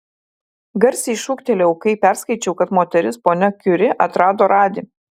garsiai šūktelėjau kai perskaičiau kad moteris ponia kiuri atrado radį